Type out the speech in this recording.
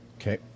Okay